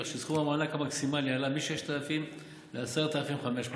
כך שסכום המענק המקסימלי עלה מ-6,000 ל-10,500 ש"ח,